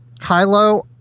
kylo